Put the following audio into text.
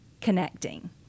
connecting